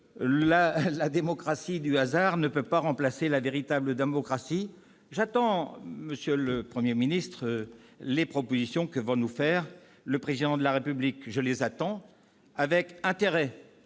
la démocratie du hasard ne peut pas remplacer la véritable démocratie ! J'attends, monsieur le Premier ministre, les propositions que va nous faire le Président de la République. Je les attends avec intérêt.